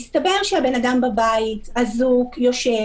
מסתבר שהבן אדם בבית עם צמיד,